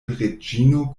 reĝino